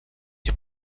nie